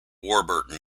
warburton